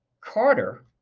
Carter